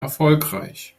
erfolgreich